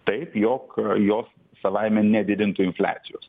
taip jog jos savaime nedidintų infliacijos